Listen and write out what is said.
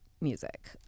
music